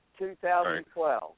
2012